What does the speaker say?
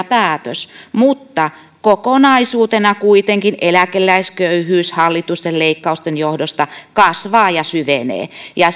päätös mutta kokonaisuutena kuitenkin eläkeläisköyhyys hallituksen leikkausten johdosta kasvaa ja syvenee ja